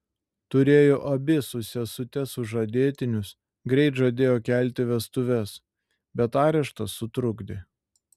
turėjo abi su sesute sužadėtinius greit žadėjo kelti vestuves bet areštas sutrukdė